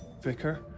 vicar